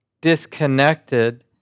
disconnected